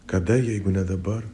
kada jeigu ne dabar